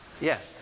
yes